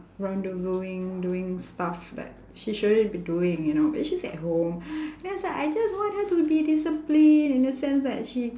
rendezvousing doing stuff like she shouldn't be doing you know it's just at home then it's like I just want her to be disciplined in the sense that she